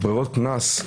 ברירות הקנס,